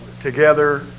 together